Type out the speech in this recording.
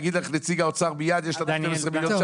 יגיד לך נציג האוצר מיד יש לנו 12 מיליון,